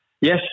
Yes